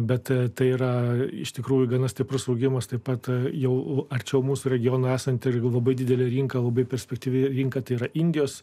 bet tai yra iš tikrųjų gana stiprus augimas taip pat jau arčiau mūsų regioną esantį irgi labai didelė rinka labai perspektyvi rinka tai yra indijos